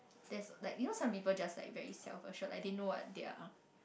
there's like you know some people just like very self assured like they know what they're